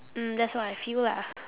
mm that's what I feel lah